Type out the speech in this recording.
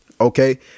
Okay